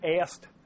asked